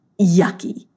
yucky